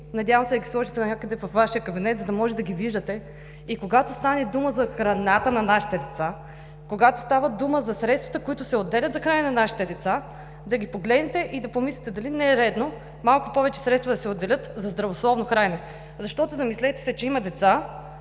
Надявам се да ги сложите някъде във Вашия кабинет, за да може да ги виждате, и когато стане дума за храната на нашите деца, когато става дума за средствата, които се отделят за хранене на нашите деца, да ги погледнете и да помислите – дали не е редно малко повече средства да се отделят за здравословно хранене. Замислете се, че има деца